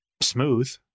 smooth